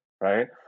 right